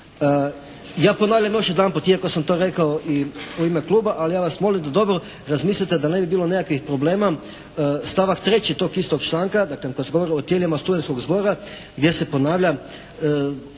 Ja ponavljam još jedanput, iako sam to rekao i u ime kluba ali ja vas molim da dobro razmislite, da ne bi bilo nekakvih problema. Stavak 3. tog istog članka, dakle kad se govori o tijelima studentskog zbora, gdje se ponavlja